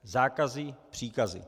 Zákazy, příkazy.